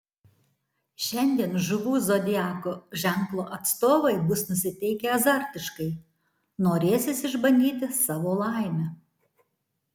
šiandien žuvų zodiako ženklo atstovai bus nusiteikę azartiškai norėsis išbandyti savo laimę